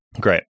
great